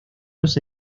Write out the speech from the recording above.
los